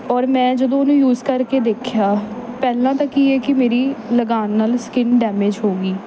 ਔਰ ਮੈਂ ਜਦੋਂ ਉਹਨੂੰ ਯੂਜ ਕਰਕੇ ਦੇਖਿਆ ਪਹਿਲਾਂ ਤਾਂ ਕੀ ਆ ਕਿ ਮੇਰੀ ਲਗਾਉਣ ਨਾਲ ਸਕਿਨ ਡੈਮੇਜ ਹੋ ਗਈ